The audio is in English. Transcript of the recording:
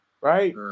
right